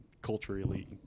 culturally